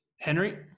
Henry